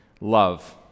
Love